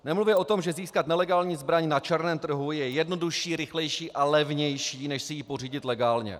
Nemluvě o tom, že získat nelegální zbraň na černém trhu je jednodušší, rychlejší a levnější než si ji pořídit legálně.